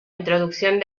introducción